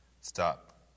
Stop